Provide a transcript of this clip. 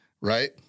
Right